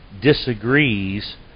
disagrees